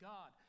God